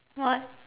what